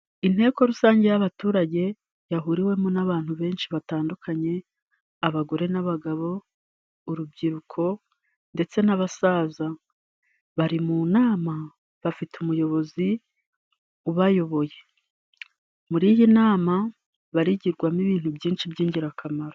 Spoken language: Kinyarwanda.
Inteko rusange y'abaturage yahuriwemo n'abantu benshi batandukanye, abagore n'abagabo, urubyiruko ndetse n'abasaza bari mu nama bafite umuyobozi ubayoboye. Muri iyi nama barigiramo ibintu byinshi by'ingirakamaro.